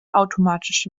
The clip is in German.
automatisch